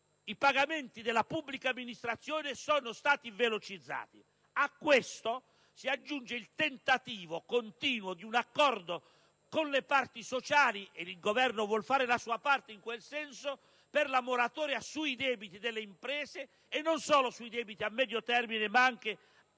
I pagamenti della pubblica amministrazione sono stati velocizzati. A questo si aggiunge il tentativo continuo di un accordo con le parti sociali - e il Governo vuole fare la sua parte in quel senso - per la moratoria sui debiti delle imprese e non solo su quelli a breve termine ma anche su